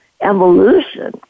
evolution